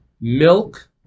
milk